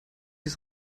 ist